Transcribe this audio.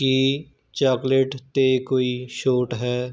ਕੀ chocolate 'ਤੇ ਕੋਈ ਛੋਟ ਹੈ